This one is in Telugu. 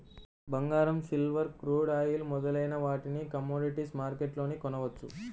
బంగారం, సిల్వర్, క్రూడ్ ఆయిల్ మొదలైన వాటిని కమోడిటీస్ మార్కెట్లోనే కొనవచ్చు